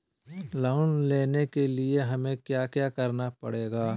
Loan लेने के लिए हमें क्या क्या करना पड़ेगा?